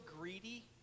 greedy